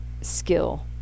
skill